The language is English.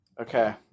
Okay